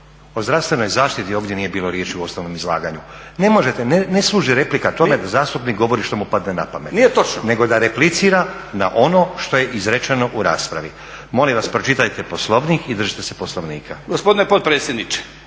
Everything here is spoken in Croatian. o zdravstvenoj zaštiti ovdje nije bilo riječi u osnovnom izlaganju. Ne možete, ne služi replika tome da zastupnik govori što mu padne na pamet nego da replicira na ono što je izrečeno u raspravi. Molim vas, pročitajte Poslovnik i držite se Poslovnika. **Milinković,